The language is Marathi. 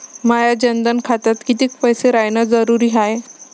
माया जनधन खात्यात कितीक पैसे रायन जरुरी हाय?